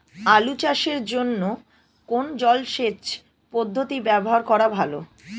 আলু চাষের জন্য কোন জলসেচ পদ্ধতি ব্যবহার করা ভালো?